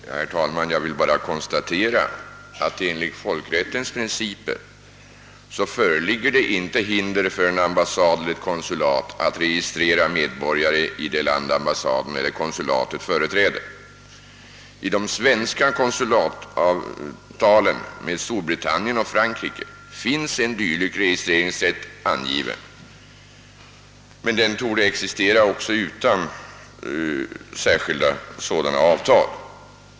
Herr talman! Jag vill bara konstatera att enligt folkrättens principer föreligger det inte hinder för en ambassad eller ett konsulat att registrera medborgare i det land som ambassaden eller konsulatet företräder. I de svenska konsulatsavtalen med Storbritannien och Frankrike finns en registreringsrätt härvidlag angiven, men den torde exi stera också utan särskilda sådana avtal.